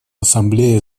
ассамблея